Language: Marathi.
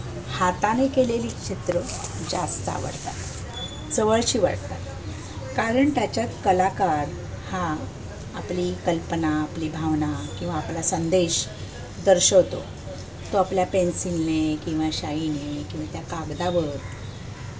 हाताने केलेली चित्र जास्त आवडतात जवळची वाटतात कारण त्याच्यात कलाकार हा आपली कल्पना आपली भावना किंवा आपला संदेश दर्शवतो तो आपल्या पेन्सिलने किंवा शाईने किंवा त्या कागदावर